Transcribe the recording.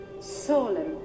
solemn